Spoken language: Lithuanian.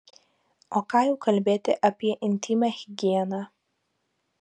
o ką jau kalbėti apie intymią higieną